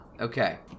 Okay